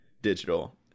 Digital